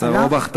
השר אורבך,